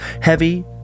Heavy